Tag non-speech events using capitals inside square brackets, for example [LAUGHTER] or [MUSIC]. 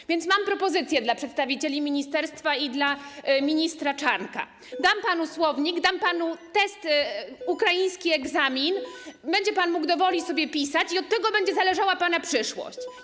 W związku z tym mam propozycję dla przedstawicieli ministerstwa i dla ministra Czarnka: [NOISE] dam panu słownik, dam panu test, ukraiński egzamin, będzie pan mógł do woli sobie pisać i od tego będzie zależała pana przyszłość.